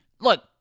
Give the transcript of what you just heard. look